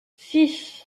six